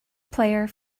player